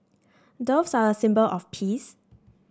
doves are a symbol of peace